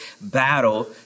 battle